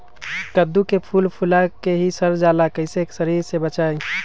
कददु के फूल फुला के ही सर जाला कइसे सरी से बचाई?